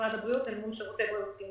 משרד הבריאות אל מול שירותי בריאות כללית.